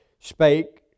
spake